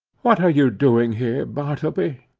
what are you doing here, bartleby?